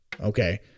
okay